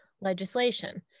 legislation